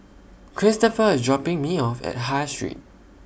Cristofer IS dropping Me off At High Street